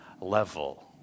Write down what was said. level